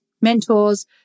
mentors